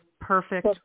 perfect